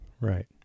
Right